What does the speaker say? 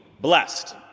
blessed